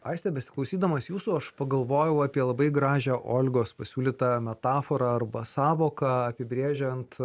aiste besiklausydamas jūsų aš pagalvojau apie labai gražią olgos pasiūlytą metaforą arba sąvoką apibrėžiant